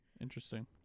Interesting